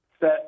Set